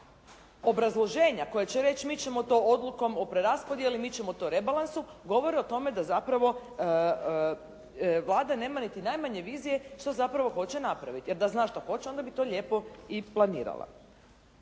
Obrazloženja koja će reći mi ćemo to odlukom o preraspodjeli, mi ćemo to rebalansom govori o tome da zapravo Vlada nema niti najmanje vizije što zapravo hoće napraviti. Jer da zna što hoće onda bi to lijepo i planirala.